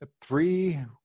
Three